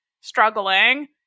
struggling